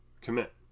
commit